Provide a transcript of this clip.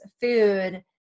food